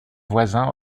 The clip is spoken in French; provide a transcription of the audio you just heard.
voisins